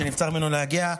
נבצר ממנו להגיע.